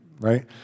right